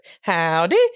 Howdy